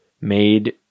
made